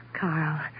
Carl